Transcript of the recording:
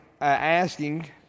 asking